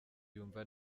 yumva